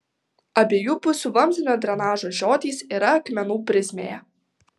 abiejų pusių vamzdinio drenažo žiotys yra akmenų prizmėje